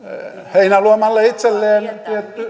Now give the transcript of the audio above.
heinäluomalle itselleen